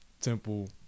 Temple